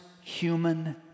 human